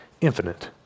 Infinite